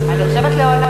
חברת הכנסת לוי?